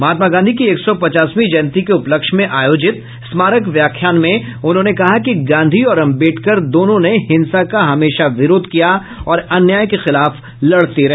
महात्मा गांधी की एक सौ पचासवीं जयन्ती के उपलक्ष्य मे आयोजित स्मारक व्याख्यान में उन्होंने कहा कि गांधी और अम्बेडकर दोनों ने हिंसा का हमेशा विरोध किया और अन्याय के खिलाफ लड़ते रहे